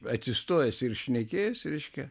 atsistojęs ir šnekėjęs reiškia